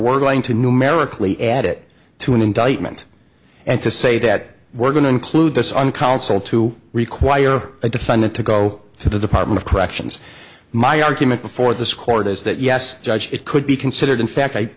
we're going to numerically add it to an indictment and to say that we're going to include this on counsel to require a defendant to go to the department of corrections my argument before this court is that yes judge it could be considered in fact i